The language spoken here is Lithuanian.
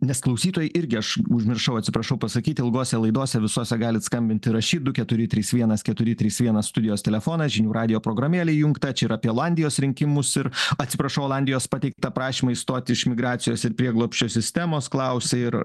nes klausytojai irgi aš užmiršau atsiprašau pasakyt ilgose laidose visose galite skambint ir rašyt du keturi trys vienas keturi trys vienas studijos telefonas žinių radijo programėlė įjungta čia ir apie olandijos rinkimus ir atsiprašau olandijos pateiktą prašymą išstoti iš migracijos ir prieglobsčio sistemos klausia ir